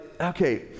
okay